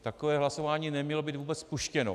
Takové hlasování nemělo být vůbec spuštěno.